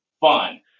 fun